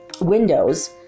windows